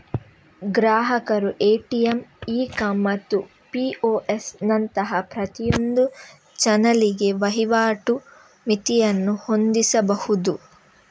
ಗ್ರಾಹಕರು ATM, e com ಮತ್ತು POS ನಂತಹ ಪ್ರತಿಯೊಂದು ಚಾನಲಿಗೆ ವಹಿವಾಟು ಮಿತಿಯನ್ನು ಹೊಂದಿಸಬಹುದು